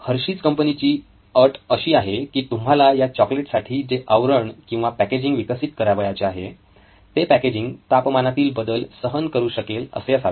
Hershey's Hershey's कंपनीची अट अशी आहे की तुम्हाला या चॉकलेट साठी जे आवरण किंवा पॅकेजिंग विकसित करावयाचे आहे ते पॅकेजिंग तापमानातील बदल सहन करू शकेल असे असावे